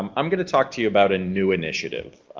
um i'm gonna talk to you about a new initiative.